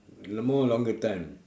the more longer time